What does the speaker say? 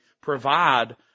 provide